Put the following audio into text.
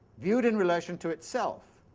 viewed in relation to itself.